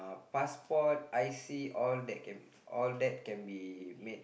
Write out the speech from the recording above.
passport I_C all that can all that can be made